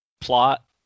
plot